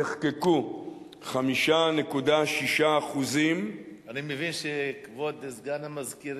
נחקקו 5.6% אני מבין שכבוד סגן המזכיר